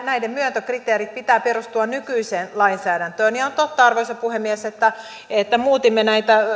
näiden pilottirahojen myöntökriteerien pitää perustua nykyiseen lainsäädäntöön on totta arvoisa puhemies että että muutimme